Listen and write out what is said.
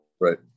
right